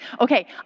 Okay